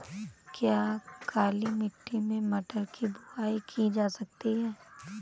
क्या काली मिट्टी में मटर की बुआई की जा सकती है?